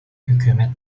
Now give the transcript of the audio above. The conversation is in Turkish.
hükümet